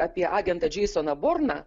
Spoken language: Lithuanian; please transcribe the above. apie agentą džeisoną borną